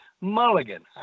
Mulligan